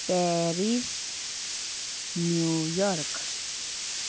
Paris New York